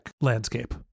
landscape